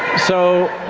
so